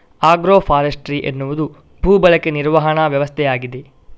agro forestry ಎನ್ನುವುದು ಭೂ ಬಳಕೆ ನಿರ್ವಹಣಾ ವ್ಯವಸ್ಥೆಯಾಗಿದೆ